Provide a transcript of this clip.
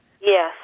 Yes